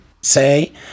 say